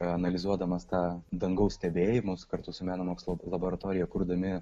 analizuodamas tą dangaus stebėjimus kartu su meno mokslo laboratorija kurdami